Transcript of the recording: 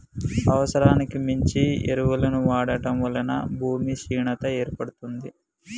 అవసరానికి మించి ఎరువులను వాడటం వలన భూమి క్షీణత ఏర్పడుతుంది